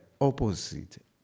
opposite